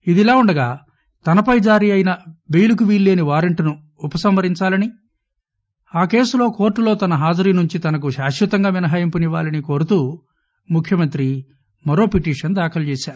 ఇదిలావుడగాతనపైజారీఅయినబెయిలుకువీలులేనివారెంటునుఉపసంహరించాలనిఆకేసు లో కోర్టులో తనహాజరినుంచితనకుశాశ్వతమినహాయింపునివ్వాలనికోరుతూముఖ్యమంత్రిమ రోపిటిషన్దాఖలుచేశారు